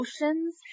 emotions